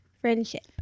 Friendship